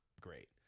great